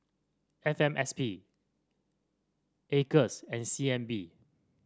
F M S P Acres and C N B